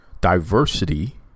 diversity